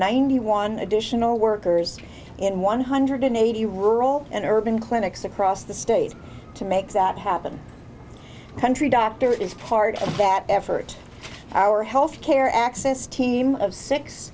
ninety one additional workers in one hundred eighty rural and urban clinics across the state to make that happen country doctor is part of that effort our health care access team of six